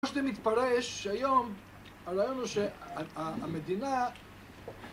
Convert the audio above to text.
כמו שזה מתפרש היום, הרעיון הוא שהמדינה